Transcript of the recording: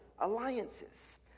alliances